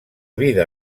vida